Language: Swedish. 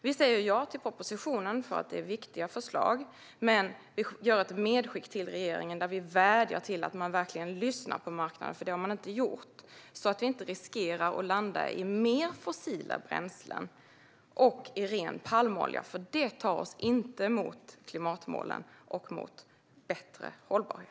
Vi säger ja till förslagen i propositionen. Det är viktiga förslag. Men vi gör ett medskick till regeringen och vädjar att man verkligen ska lyssna på marknaden. Det har man nämligen inte gjort. Vi vill inte riskera att det landar i att mer fossila bränslen och ren palmolja används. Det tar oss nämligen inte närmare klimatmålen och bättre hållbarhet.